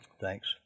Thanks